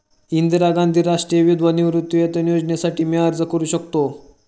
इंदिरा गांधी राष्ट्रीय विधवा निवृत्तीवेतन योजनेसाठी मी अर्ज करू शकतो?